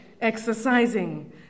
exercising